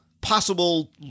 possible